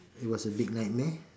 it was a big nightmare